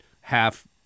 half